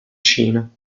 cina